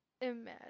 Imagine